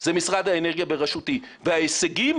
זה משרד האנרגיה בראשותי וההישגים